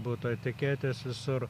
butų etiketės visur